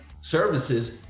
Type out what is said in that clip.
services